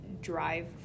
drive